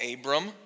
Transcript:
Abram